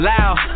Loud